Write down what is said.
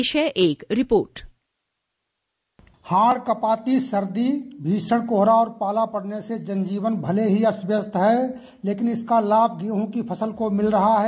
पेश है एक रिपोर्ट हांड कंपाती सर्दी भीषण कोहरा और पाला पड़ने से जनजीवन भले ही अस्तव्यस्त है लेकिन इसका लाभ गेहूं की फसल को मिल रहा है